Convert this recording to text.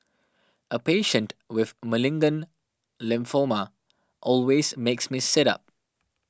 a patient with malignant lymphoma always makes me sit up